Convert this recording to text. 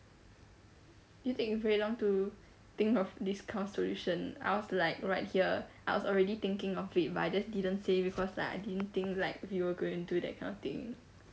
you take very long to think of this kind of solution I was like right here I was already thinking of it but I just didn't say because like I didn't think like you were gonna do that kind of thing